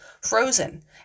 frozen